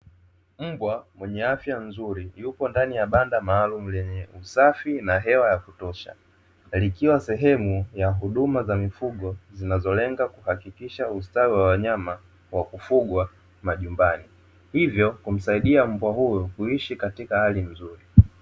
Mbwa mwenye afya nzuri, yupo ndani ya banda maalumu lenye usafi na hewa ya kutosha. Likiwa sehemu ya huduma za mifugo, zinazolenga kuhakikisha ustawi wa wanyama wa kufugwa majumbani. Hivyo, humsaidia mbwa huyo kuishi katika hali nzuri.